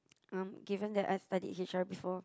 um given that I studied H_R before